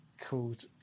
called